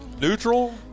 Neutral